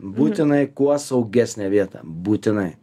būtinai kuo saugesnė vieta būtinai